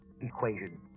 equation